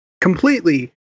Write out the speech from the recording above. completely